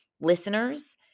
listeners